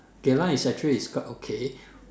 Geylang is actually is quite okay